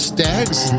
Stag's